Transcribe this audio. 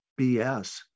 bs